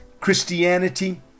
Christianity